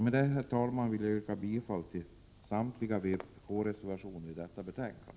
Med det, herr talman, vill jag yrka bifall till samtliga vpk-reservationer som fogats till betänkandet.